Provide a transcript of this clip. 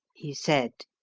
he said.